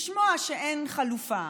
לשמוע שאין חלופה